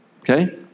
okay